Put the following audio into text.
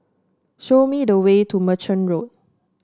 show me the way to Merchant Road